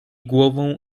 głową